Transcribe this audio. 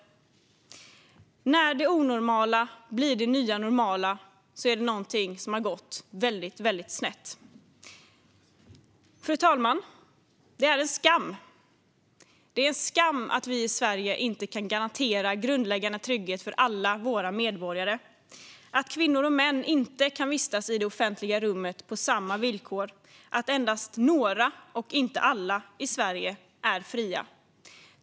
När det onormala blir det nya normala är det någonting som har gått väldigt snett. Fru talman! Det är en skam. Det är en skam att vi i Sverige inte kan garantera grundläggande trygghet för alla våra medborgare. Det handlar om att kvinnor och män inte kan vistas i det offentliga rummet på samma villkor och att endast några, och inte alla, i Sverige är fria.